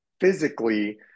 Physically